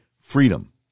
Freedom